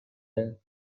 دارن